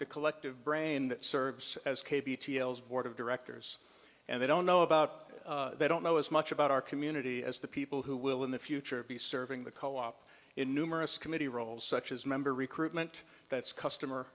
the collective brain that serves as board of directors and they don't know about they don't know as much about our community as the people who will in the future be serving the co op in numerous committee roles such as member recruitment that's customer